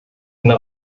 eine